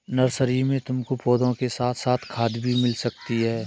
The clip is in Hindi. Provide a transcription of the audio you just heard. नर्सरी में तुमको पौधों के साथ साथ खाद भी मिल सकती है